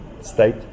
state